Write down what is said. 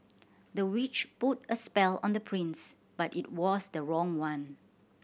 the witch put a spell on the prince but it was the wrong one